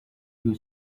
you